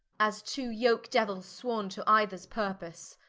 as two yoake diuels sworne to eythers purpose,